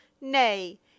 Nay